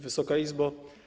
Wysoka Izbo!